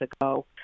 ago